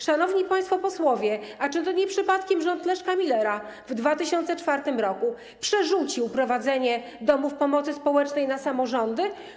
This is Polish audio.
Szanowni państwo posłowie, a czy to nie przypadkiem rząd Leszka Millera w 2004 r. przerzucił prowadzenie domów pomocy społecznej na samorządy?